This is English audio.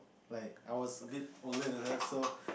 like I was a bit older than her so